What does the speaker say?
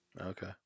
Okay